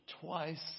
twice